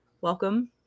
welcome